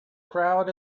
crowd